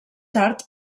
tard